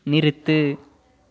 நிறுத்து